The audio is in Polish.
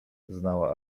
znała